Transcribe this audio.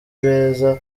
beza